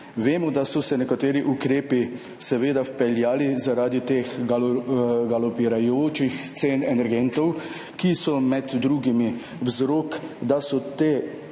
Vemo, da so se nekateri ukrepi seveda vpeljali zaradi teh galopirajočih cen energentov, ki so med drugim vzrok, da so ta